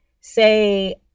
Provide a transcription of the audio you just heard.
say